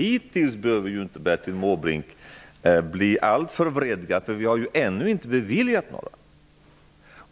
Ännu behöver inte Bertil Måbrink bli alltför vredgad. Vi har ännu inte beviljat några u-krediter.